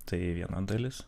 tai viena dalis